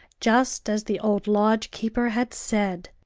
just as the old lodge-keeper had said.